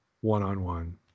one-on-one